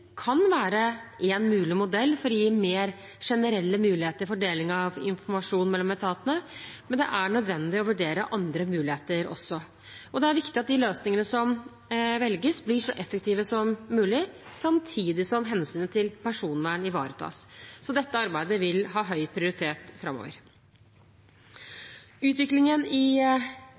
kan være en mulig modell for å gi mer generelle muligheter for deling av informasjon mellom etatene, men det er nødvendig å vurdere andre muligheter også. Det er viktig at de løsningene som velges, blir så effektive som mulig, samtidig som hensynet til personvern ivaretas. Dette arbeidet vil ha høy prioritet framover. Utviklingen i